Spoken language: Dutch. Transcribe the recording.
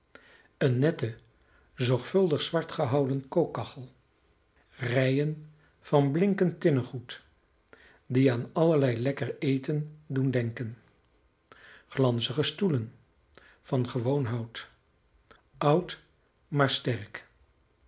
eene nette zorgvuldig zwart gehouden kookkachel rijen van blinkend tinnegoed die aan allerlei lekker eten doen denken glanzige stoelen van gewoon hout oud maar sterk